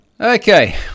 Okay